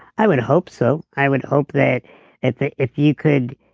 i would hope so. i would hope that if that if you could